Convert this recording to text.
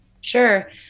Sure